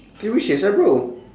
three wishes ah bro